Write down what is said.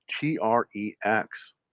T-R-E-X